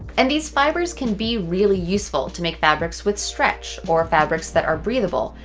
and these fibers can be really useful to make fabrics with stretch, or fabrics that are breathable.